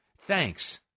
thanks